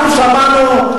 אנחנו שמענו,